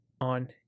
on